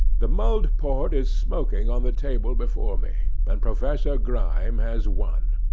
the mulled port is smoking on the table before me, and professor grime has won.